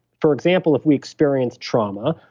for example, if we experience trauma,